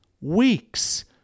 weeks